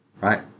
right